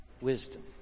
wisdom